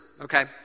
okay